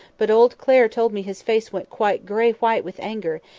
but old clare told me his face went quite grey white with anger,